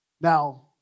Now